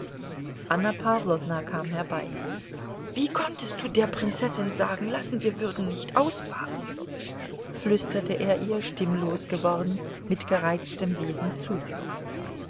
anna pawlowna kam herbei wie konntest du der prinzessin sagen lassen wir würden nicht ausfahren flüsterte er ihr stimmlos geworden mit gereiztem wesen zu